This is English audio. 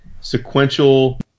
sequential